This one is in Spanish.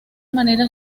manera